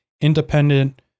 independent